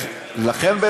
לכן,